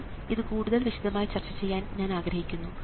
ഇപ്പോൾ ഇത് കൂടുതൽ വിശദമായി ചർച്ച ചെയ്യാൻ ഞാൻ ആഗ്രഹിക്കുന്നു